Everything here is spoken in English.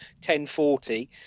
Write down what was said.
1040